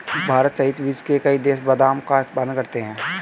भारत सहित विश्व के कई देश बादाम का उत्पादन करते हैं